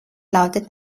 lautet